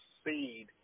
speed